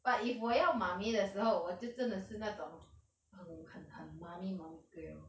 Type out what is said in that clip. but if 我要 mummy 的时候我就真的是那种很很很 mummy mummy girl